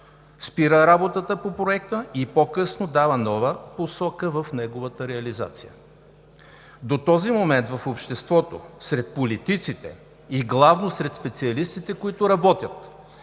спира работата по Проекта и по-късно дава нова посока в неговата реализация. До този момент в обществото, сред политиците и главно сред специалистите, които работят,